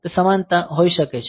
તેથી તે સમાનતા હોઈ શકે છે